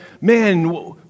man